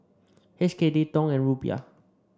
H K D Dong and Rupiah